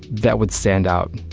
that would stand out.